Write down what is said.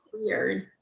Weird